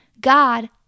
God